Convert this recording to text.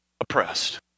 oppressed